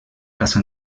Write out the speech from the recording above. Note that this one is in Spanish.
casa